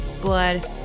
blood